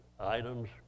Items